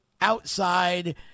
outside